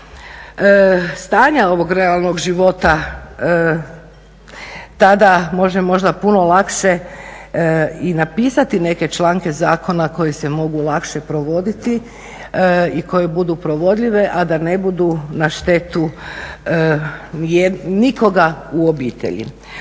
stanja ovog realnog života tada može možda puno lakše i napisati neke članke zakona koji se mogu lakše provoditi i koje budu provodljive, a da ne budu na štetu nikoga u obitelji.